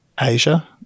Asia